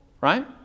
Right